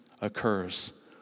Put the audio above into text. occurs